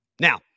Now